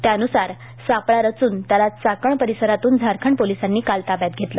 त्यानुसार सापळा रचून त्याला चाकण परिसरातून झारखंड पोलिसांनी ताब्यात घेतले